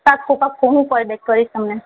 પાક્કું પાક્કું હું કોલ બેક કરીશ તમને